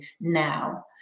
now